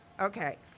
Okay